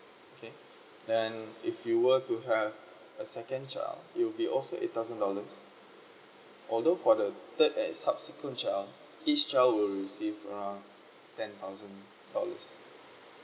okay then if you were to have a second child it will be also eight thousand dollars although for the third at subsequent child each child will received around ten thousand dollars